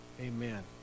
Amen